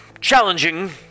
challenging